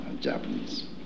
Japanese